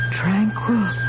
tranquil